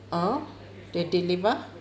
oh they deliver